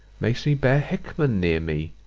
makes me bear hickman near me,